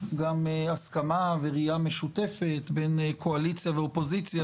גם הסכמה וראיה משותפת בין קואליציה ואופוזיציה,